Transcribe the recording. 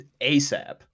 ASAP